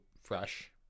fresh